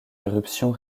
éruption